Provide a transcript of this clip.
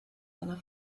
seiner